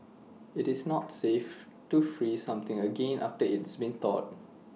IT is not safe to freeze something again after IT has been thawed